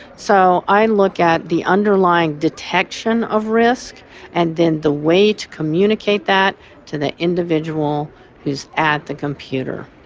so i look at the underlying detection of risk and then the way to communicate that to the individual who is at the computer.